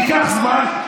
ייקח זמן.